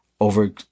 over